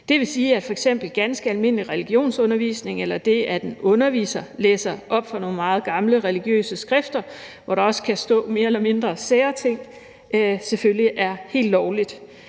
Det vil sige, at f.eks. ganske almindelig religionsundervisning eller det, at en underviser læser op fra nogle meget gamle religiøse skrifter, hvor der også kan stå mere eller mindre sære ting, selvfølgelig er helt lovligt.